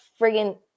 friggin